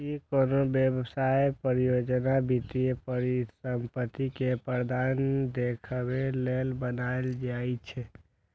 ई कोनो व्यवसाय, परियोजना, वित्तीय परिसंपत्ति के प्रदर्शन देखाबे लेल बनाएल जाइ छै